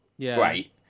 great